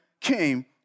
came